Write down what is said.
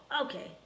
Okay